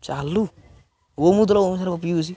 ଚାଲୁ ଗୋମୂତ୍ର ପିଉଛି